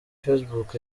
facebook